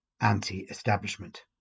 anti-establishment